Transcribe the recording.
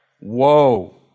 woe